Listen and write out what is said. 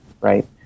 right